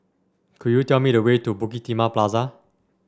could you tell me the way to Bukit Timah Plaza